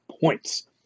points